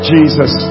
Jesus